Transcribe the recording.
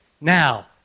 Now